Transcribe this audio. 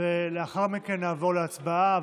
ולאחר מכן נעבור להצבעה.